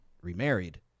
remarried